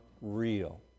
real